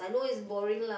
I know is boring lah